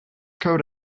code